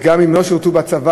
וגם אם לא שירתו בצבא,